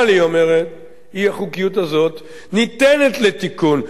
האי-חוקיות הזאת ניתנת לתיקון גם בדיעבד,